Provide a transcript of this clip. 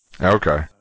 Okay